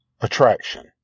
attraction